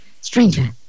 stranger